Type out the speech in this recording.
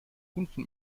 unten